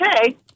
okay